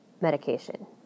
medication